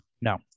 No